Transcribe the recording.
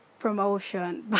promotion